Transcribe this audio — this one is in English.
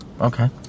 Okay